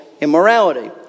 immorality